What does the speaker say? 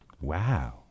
Wow